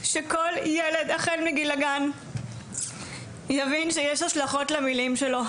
שכל ילד החל מגיל הגן יבין שיש השלכות למילים שלו.